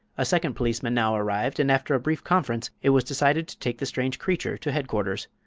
a second policeman now arrived, and after a brief conference it was decided to take the strange creature to headquarters.